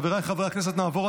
בעד, 12, אין